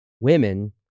Women